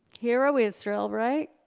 hero israel, right?